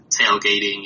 tailgating